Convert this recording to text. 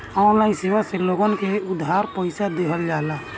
online सेवा से लोगन के उधार पईसा देहल जाला